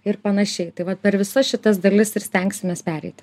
ir panašiai tai vat per visas šitas dalis ir stengsimės pereiti